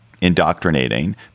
indoctrinating